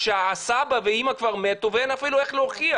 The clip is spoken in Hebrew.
כשהסבא ואמא כבר מתו ואין אפילו איך להוכיח